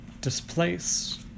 Displace